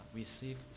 receive